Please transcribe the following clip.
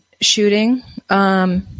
shooting